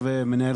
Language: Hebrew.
להגיד